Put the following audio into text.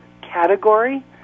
category